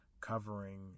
covering